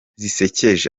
zisekeje